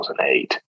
2008